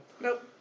Nope